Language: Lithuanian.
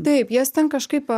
taip jas ten kažkaip